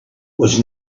was